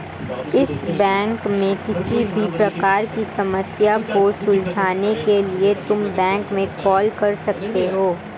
yes Bank में किसी भी प्रकार की समस्या को सुलझाने के लिए तुम बैंक में कॉल कर सकते हो